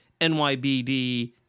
NYBD